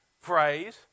phrase